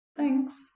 Thanks